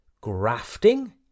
grafting